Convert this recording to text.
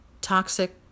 toxic